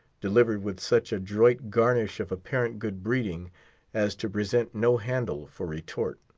delivered with such adroit garnish of apparent good breeding as to present no handle for retort.